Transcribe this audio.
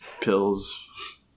pills